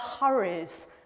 hurries